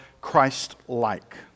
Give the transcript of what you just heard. Christ-like